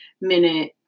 minute